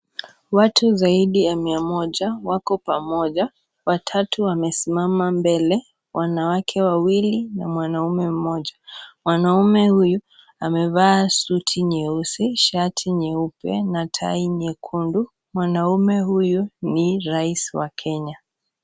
Watu zaidi ya mia moja wako pamoja. Watatu wamesimama mbele, wanawake wawili na mwanaume mmoja. Mwanaume huyu amevaa suti nyeusi, shati nyeupe, na tai nyekundu. Mwanaume huyu, ni rais wa Kenya.